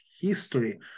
history